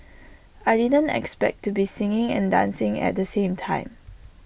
I didn't expect to be singing and dancing at the same time